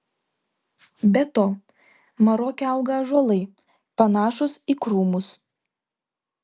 be to maroke auga ąžuolai panašūs į krūmus